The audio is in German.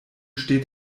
steht